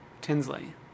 Tinsley